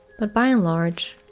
but by and large,